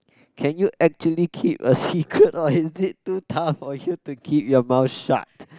can you actually keep a secret or is it too tough for you to keep your mouth shut